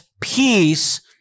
peace